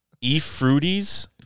E-Fruities